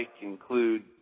include